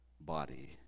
body